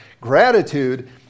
Gratitude